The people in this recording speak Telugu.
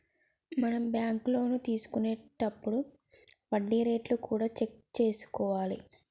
మనం బ్యాంకు లోన్లు తీసుకొనేతప్పుడు వడ్డీ రేట్లు కూడా చెక్ చేసుకోవాలి